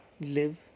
live